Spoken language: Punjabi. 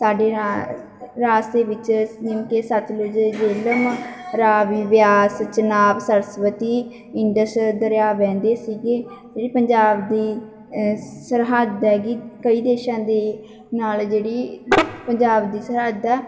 ਸਾਡੇ ਰਾ ਰਾਜ ਦੇ ਵਿੱਚ ਜਿਵੇਂ ਕਿ ਸਤਲੁਜ ਜੇਹਲਮ ਰਾਵੀ ਬਿਆਸ ਚਨਾਬ ਸਰਸਵਤੀ ਇੰਡਸ ਦਰਿਆ ਵਹਿੰਦੇ ਸੀਗੇ ਜਿਹੜੀ ਪੰਜਾਬ ਦੀ ਸਰਹੱਦ ਹੈਗੀ ਕਈ ਦੇਸ਼ਾਂ ਦੇ ਨਾਲ ਜਿਹੜੀ ਪੰਜਾਬ ਦੀ ਸਰਹੱਦ ਹੈ